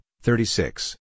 thirty-six